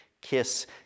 kiss